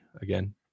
again